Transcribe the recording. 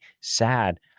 sad